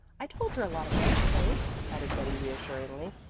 i told her a lot of nice things, added betty reassuringly,